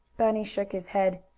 bunny shook his head.